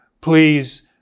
Please